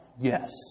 Yes